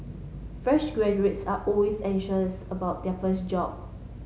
fresh graduates are always anxious about their first job